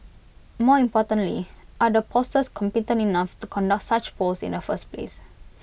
more importantly are the pollsters competent enough to conduct such polls in the first place